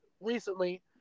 recently